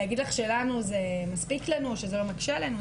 להגיד לך שזה מספיק לנו, שזה לא מקשה עלינו?